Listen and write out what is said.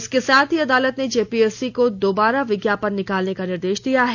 इसके साथ ही अदालत ने जेपीएससी को दोबारा विज्ञापन निकालने का निर्देश दिया है